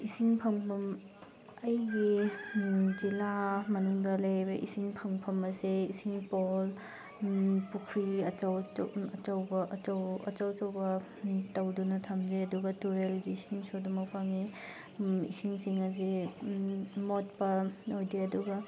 ꯏꯁꯤꯡ ꯐꯪꯐꯝ ꯑꯩꯒꯤ ꯖꯤꯜꯂꯥ ꯃꯅꯨꯡꯗ ꯂꯩꯔꯤꯕ ꯏꯁꯤꯡ ꯐꯪꯐꯝ ꯑꯁꯦ ꯏꯁꯤꯡ ꯄꯣꯜ ꯄꯨꯈ꯭ꯔꯤ ꯑꯆꯧꯕ ꯑꯆꯧ ꯑꯆꯧꯕ ꯇꯧꯗꯨꯅ ꯊꯝꯃꯤ ꯑꯗꯨꯒ ꯇꯨꯔꯦꯜꯒꯤ ꯏꯁꯤꯡꯁꯨ ꯑꯗꯨꯃꯛ ꯐꯪꯉꯤ ꯏꯁꯤꯡꯁꯤꯡ ꯑꯁꯤ ꯃꯣꯠꯄ ꯑꯣꯏꯗꯦ ꯑꯗꯨꯒ